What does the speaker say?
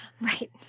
Right